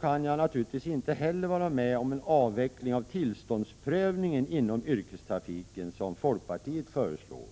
kan jag naturligtvis inte heller gå med på en avveckling av tillståndsprövningen inom yrkestrafiken, som folkpartiet föreslår.